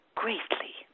greatly